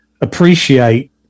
appreciate